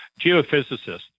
geophysicist